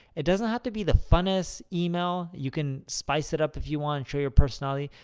it doesn't have to be the funnest email. you can spice it up if you want, show your personality.